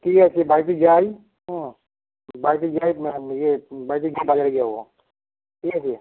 ঠিক আছে বাড়িতে যাই হুম বাড়িতে যাই ইয়ে বাড়িতে গিয়ে বাজারে যাবো ঠিক আছে